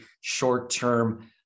short-term